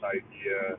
idea